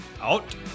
Out